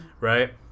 Right